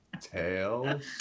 Tails